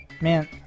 Man